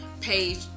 page